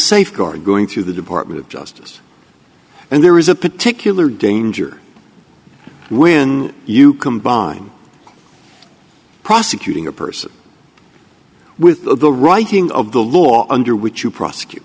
safeguard going through the department of justice and there is a particular danger when you combine prosecuting a person with the writing of the law under which you prosecut